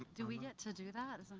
do we get to do that? is that